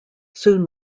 soon